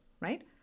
right